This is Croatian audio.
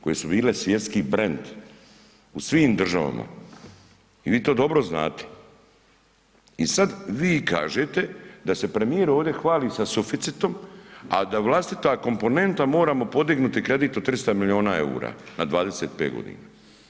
Koje su bile svjetski brand u svim državama i vi to dobro znate i sad vi kažete da se premijer ovdje hvali sa suficitom, a da vlastita komponenta moramo podignuti kredit od 300 milijuna eura na 25 godina.